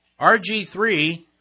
RG3